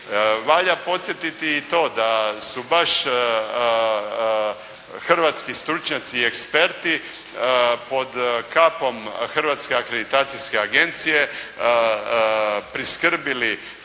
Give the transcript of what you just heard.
Valja podsjetiti i to, da su baš hrvatski stručnjaci i eksperti pod kapom Hrvatske akreditacijske agencije priskrbili